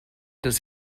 does